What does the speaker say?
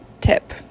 tip